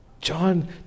John